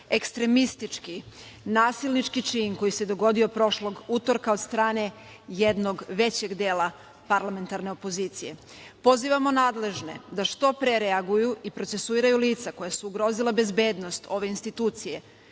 ekstremistički, nasilnički čin koji se dogodio prošlog utorka od strane jednog većeg dela parlamentarne opozicije. Pozivamo nadležne što pre reaguju i procesiraju lica koja su ugrozila bezbednost ove institucije